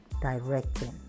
directing